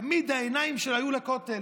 תמיד העיניים שלו היו לכותל.